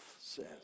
says